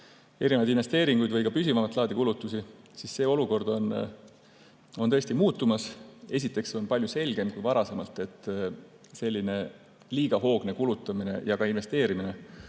erinevaid investeeringuid või ka püsivamat laadi kulutusi, on tõesti muutumas. Esiteks on palju selgem kui varasemalt, et liiga hoogne kulutamine ja ka investeerimine